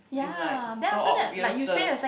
is like so obvious the